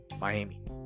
Miami